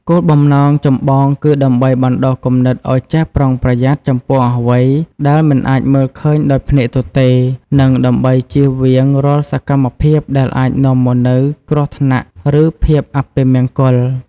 គោលបំណងចម្បងគឺដើម្បីបណ្ដុះគំនិតឲ្យចេះប្រុងប្រយ័ត្នចំពោះអ្វីដែលមិនអាចមើលឃើញដោយភ្នែកទទេ និងដើម្បីជៀសវាងរាល់សកម្មភាពដែលអាចនាំមកនូវគ្រោះថ្នាក់ ឬភាពអពមង្គល។